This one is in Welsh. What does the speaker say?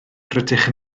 rydych